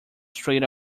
street